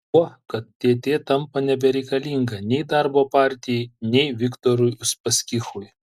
tuo kad tt tampa nebereikalinga nei darbo partijai nei viktorui uspaskichui